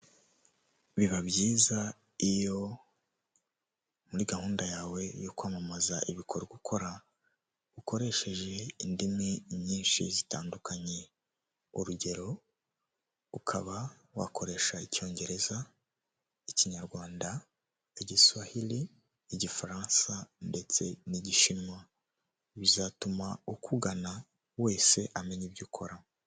Biba byiza iyo muri gahunda yawe yo kwamamaza ibikorwa ukora, ukoresheje indimi nyinshi zitandukanye. urugero : ukaba wakoresha icyongereza, ikinyarwanda, igiswahili, igifaransa ndetse n'igishinwa. Bizatuma ukugana wese amenya ibyo ukora.